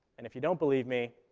and if you don't believe me,